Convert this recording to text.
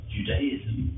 Judaism